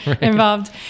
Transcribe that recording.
involved